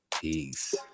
Peace